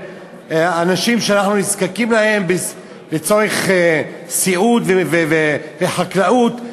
אנשים שאנחנו נזקקים להם לצורך סיעוד וחקלאות,